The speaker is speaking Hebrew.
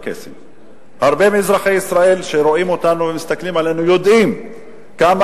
שהרבה מאזרחי ישראל שרואים אותנו ומסתכלים עלינו יודעים כמה